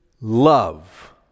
love